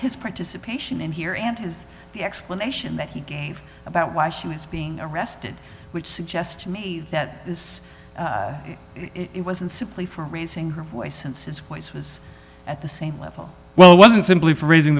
his participation here and the explanation that he gave about why she was being arrested which suggests to me that this wasn't simply for raising her voice since its place was at the same level well it wasn't simply for raising